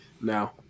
now